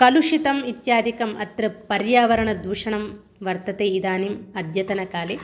कलुषितम् इत्यादिकम् अत्र पर्यावरण दूषणं वर्तते इदानीम् अद्यतनकाले